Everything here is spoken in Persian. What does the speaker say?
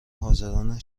حاضران